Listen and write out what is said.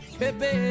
baby